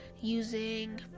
using